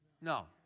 No